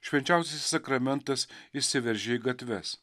švenčiausiasis sakramentas išsiveržė į gatves